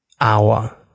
hour